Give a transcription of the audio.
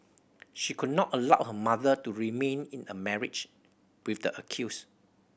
she could not allow her mother to remain in a marriage with the accused